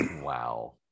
wow